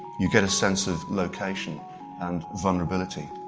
you get a sense of location and vulnerability